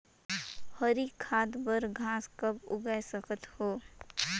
हरी खाद बर घास कब उगाय सकत हो?